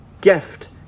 gift